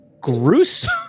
gruesome